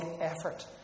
effort